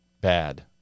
bad